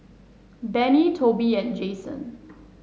Benny Toby and Jason